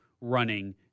running